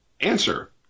Answer